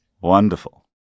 Wonderful